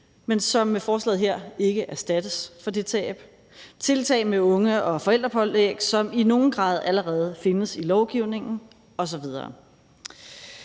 men som med forslaget her ikke erstattes for det tab, til tiltag med unge- og forældrepålæg, som i nogen grad allerede findes i lovgivningen osv.